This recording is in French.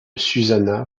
susanna